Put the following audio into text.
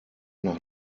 nach